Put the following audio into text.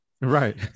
Right